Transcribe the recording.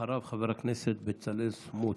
אחריו, חבר הכנסת בצלאל סמוטריץ'.